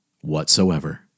whatsoever